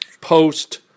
post